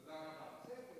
תודה לך.